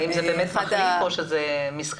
האם זה באמת תחליף או שזה משחק.